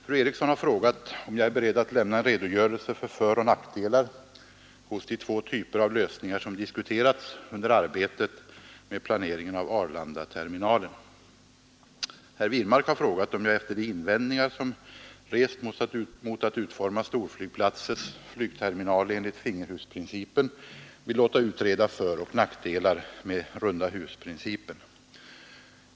Fru Eriksson har frågat om jag är beredd att lämna en redogörelse för föroch nackdelar hos de två typer av lösningar som diskuterats under arbetet med planeringen av Arlandaterminalen. Herr Wirmark har frågat om jag efter de invändningar som rests mot att utforma storflygplatsers flygterminaler enligt finger-hus-principen vill låta utreda föroch nackdelar med rundahusprincipen.